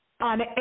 on